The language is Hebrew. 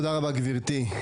תודה רבה, גברתי.